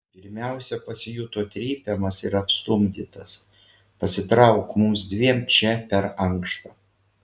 pirmiausia pasijuto trypiamas ir apstumdytas pasitrauk mums dviem čia per ankšta